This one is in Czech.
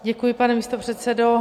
Děkuji, pane místopředsedo.